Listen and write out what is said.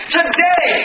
today